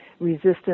Resistance